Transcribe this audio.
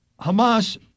Hamas